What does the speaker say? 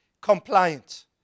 compliant